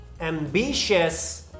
ambitious